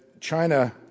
China